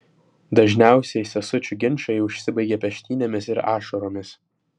dažniausiai sesučių ginčai užsibaigia peštynėmis ir ašaromis